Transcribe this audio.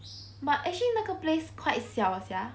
but actually 那个 place quite 小 sia